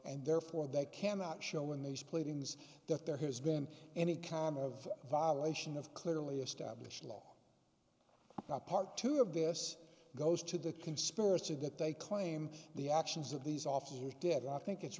and therefore they cannot show in these pleadings that there has been any kind of violation of clearly established law part two of this goes to the conspiracy that they claim the actions of these officers did i think it's